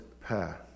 path